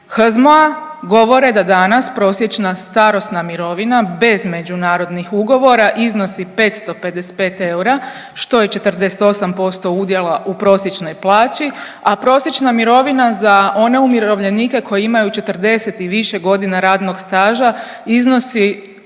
HZMO-a govore da danas prosječna starosna mirovina bez međunarodnih ugovora iznosi 555 eura, što je 48% udjela u prosječnoj plaći, a prosječna mirovina za one umirovljenike koji imaju 40 i više godina radnog staža iznosi